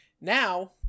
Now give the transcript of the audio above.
Now